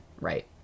right